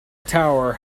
tower